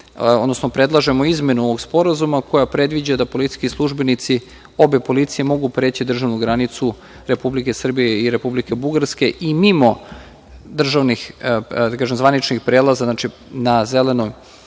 predlažemo izmene ovog Sporazuma koja predviđa da policijski službenici obe policije mogu preći državnu granicu Republike Srbije i Republike Bugarske i mimo državnih, zvaničnih prelaza, na zelenom